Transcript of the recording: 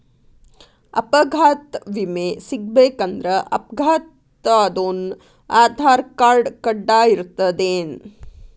ಅಪಘಾತ್ ವಿಮೆ ಸಿಗ್ಬೇಕಂದ್ರ ಅಪ್ಘಾತಾದೊನ್ ಆಧಾರ್ರ್ಕಾರ್ಡ್ ಕಡ್ಡಾಯಿರ್ತದೇನ್?